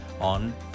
on